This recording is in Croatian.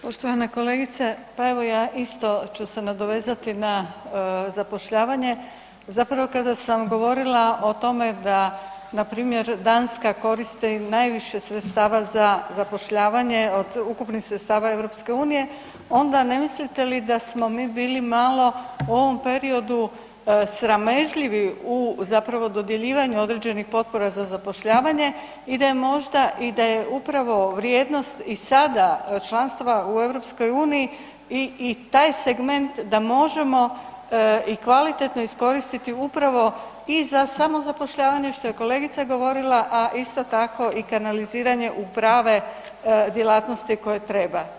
Poštovana kolegice, pa evo i ja isto ću se nadovezati na zapošljavanje. zapravo kada sam govorila o tome da npr. Danska koristi najviše sredstava za zapošljavanja od ukupnih sredstava EU-a, onda ne mislite li da smo mi bili malo u ovom periodu sramežljivi u zapravo određivanju određenih potpora za zapošljavanje i da je upravo vrijednost i sada članstva u EU-u i taj segment da možemo i kvalitetno iskoristiti upravo i sa samozapošljavanje što je kolegica govorila a isto tako i kanaliziranje u prave djelatnosti koje treba.